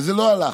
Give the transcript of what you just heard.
וזה לא הלך.